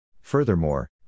Furthermore